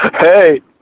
hey